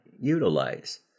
utilize